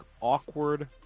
awkward